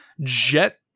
jet